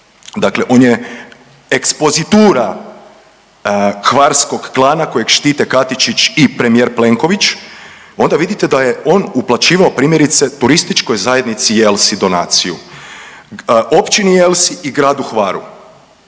dakle on je ekspozitura hvarskog klana kojeg štite Katičić i premijer Plenković, onda vidite da je on uplaćivao primjerice Turističkoj zajednici Jelsi donaciju, općini Jelsi i gradu Hvaru.